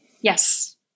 yes